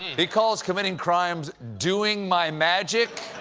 he calls committing crimes doing my magic?